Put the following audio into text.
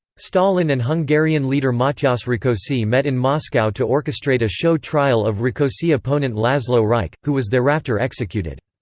stalin and hungarian leader matyas rakosi met in moscow to orchestrate a show trial of rakosi opponent laszlo rajk, who was thereafter executed.